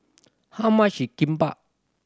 how much is Kimbap